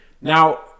now